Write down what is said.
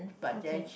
okay